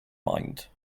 mind